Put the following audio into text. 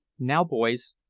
now, boys,